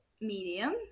medium